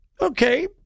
okay